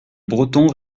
breton